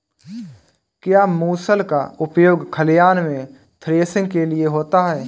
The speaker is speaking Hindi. क्या मूसल का उपयोग खलिहान में थ्रेसिंग के लिए होता है?